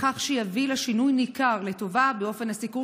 בכך שיביא לשינוי ניכר לטובה באופן הסיקור